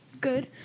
Good